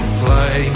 fly